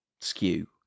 skew